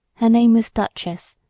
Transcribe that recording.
her name was duchess,